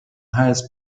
highest